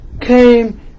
came